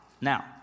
now